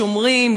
שומרים,